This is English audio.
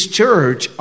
church